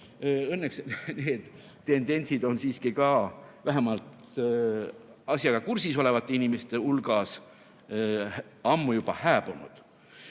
Õnneks need tendentsid on siiski vähemalt asjaga kursis olevate inimeste hulgas ammu juba hääbunud.